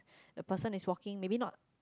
the person is walking maybe not